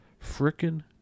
Frickin